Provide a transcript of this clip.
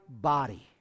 body